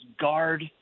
guard